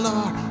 Lord